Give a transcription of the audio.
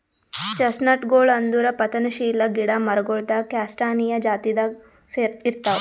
ಚೆಸ್ಟ್ನಟ್ಗೊಳ್ ಅಂದುರ್ ಪತನಶೀಲ ಗಿಡ ಮರಗೊಳ್ದಾಗ್ ಕ್ಯಾಸ್ಟಾನಿಯಾ ಜಾತಿದಾಗ್ ಇರ್ತಾವ್